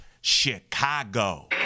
Chicago